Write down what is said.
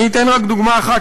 אני אתן רק דוגמה אחת,